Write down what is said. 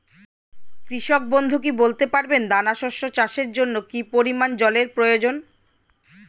কৃষক বন্ধু কি বলতে পারবেন দানা শস্য চাষের জন্য কি পরিমান জলের প্রয়োজন?